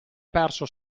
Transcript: perso